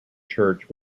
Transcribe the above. church